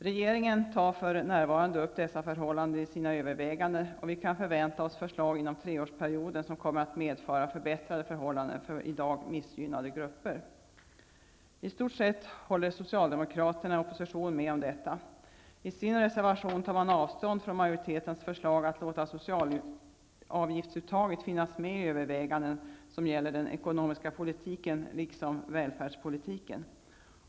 Regeringen tar för närvarande upp dessa förhållanden i sina överväganden och vi kan inom treårsperioden förvänta oss förslag, som kommer att medföra förbättrade förhållanden för i dag missgynnade grupper. I stort sett håller socialdemokraterna i opposition med om detta. I sin reservation tar man avstånd från majoritetens förslag att låta socialavgiftsuttaget finnas med i överväganden som gäller den ekonomiska politiken liksom välfärdspolitiken.